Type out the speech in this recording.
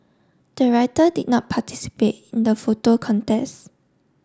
the writer did not participate in the photo contest